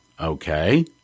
Okay